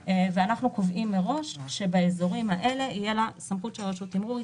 וקובעים מראש שבאזורים האלה תהיה לה סמכות של רשות תימרור,